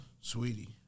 Sweetie